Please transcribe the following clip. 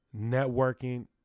Networking